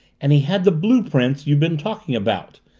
and he had the blue-print you've been talking about.